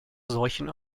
seuchen